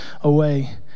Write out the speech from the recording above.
away